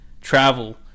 travel